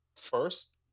first